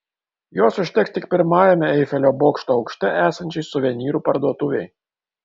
jos užteks tik pirmajame eifelio bokšto aukšte esančiai suvenyrų parduotuvei